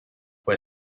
fue